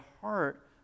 heart